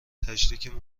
تشریک